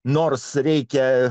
nors reikia